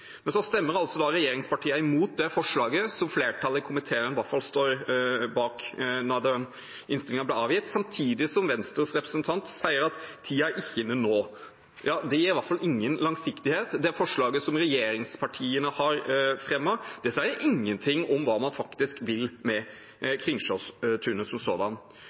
Men så stemmer altså regjeringspartiene mot det forslaget som flertallet i komiteen sto bak, i hvert fall da innstillingen ble avgitt, samtidig som Venstres representant sier at tiden ikke er inne nå. Ja, det gir i hvert fall ingen langsiktighet. Det forslaget som regjeringspartiene har fremmet, sier ingenting om hva man faktisk vil med Kringsjåtunet som